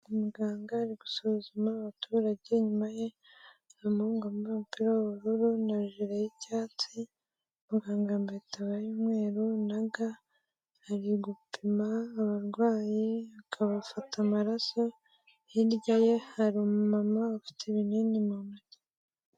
Umuganga ari gusuzuma abaturage, inyuma hari umuhungu wambaye umupira w'ubururu na jire y'icyatsi, muganga yambaye itaburiya y'umweru na ga ari gupima abarwayi akabafata amaraso, hirya ye hari umumama ufite ibinini mu ntoki.